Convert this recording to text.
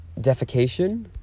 defecation